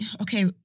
okay